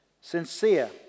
sincere